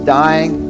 dying